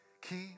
Keep